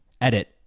Edit